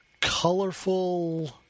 colorful